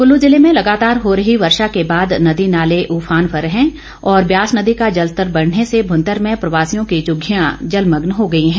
कुल्लू जिले में लगातार हो रही वर्षा के बाद नदी नाले उफान पर हैं और ब्यास नदी का जलस्तर बढ़ने से भुंतर में प्रवासियों की झुग्गियां जलमग्न हो गई हैं